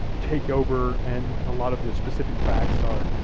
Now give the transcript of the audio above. take over and a lot of the specific facts are